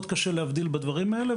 מאוד קשה להבדיל בדברים האלה.